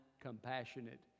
compassionate